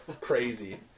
crazy